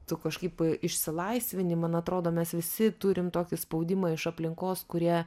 tu kažkaip išsilaisvini man atrodo mes visi turim tokį spaudimą iš aplinkos kurie